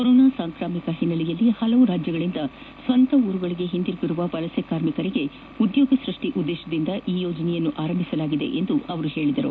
corona ಸಾಂಕ್ರಾಮಿಕ ಹಿನ್ನೆಲೆಯಲ್ಲಿ ಪಲವು ರಾಜ್ಯಗಳಿಂದ ಸ್ವಂತ ಊರುಗಳಿಗೆ ಹಿಂದಿರುಗಿರುವ ವಲಸೆ ಕಾರ್ಮಿಕರಿಗೆ ಉದ್ಯೋಗ ಸೃಷ್ಟಿ ಉದ್ದೇತದಿಂದ ಈ ಯೋಜನೆಯನ್ನು ಆರಂಭಿಸಲಾಗಿದೆ ಎಂದು ಅವರು ಹೇಳಿದರು